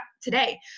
today